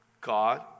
God